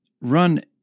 run